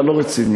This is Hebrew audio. אתה לא רציני.